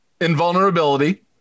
Invulnerability